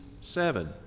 seven